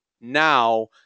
now